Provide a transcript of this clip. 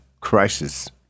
Crisis